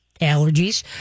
allergies